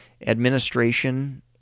administration